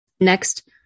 Next